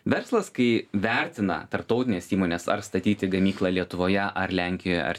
verslas kai vertina tarptautinės įmonės ar statyti gamyklą lietuvoje ar lenkijoje ar